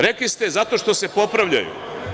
Rekli ste – zato što se popravljaju.